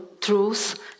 truth